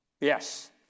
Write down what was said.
Yes